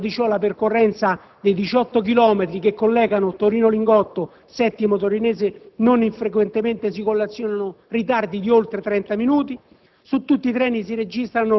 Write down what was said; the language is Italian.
A causa di ciò, nella percorrenza dei 18 chilometri che collegano Torino Lingotto-Settimo Torinese non infrequentemente si collezionano ritardi di oltre trenta minuti.